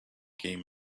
game